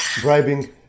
bribing